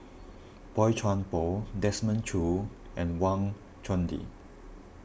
Boey Chuan Poh Desmond Choo and Wang Chunde